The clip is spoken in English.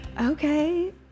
Okay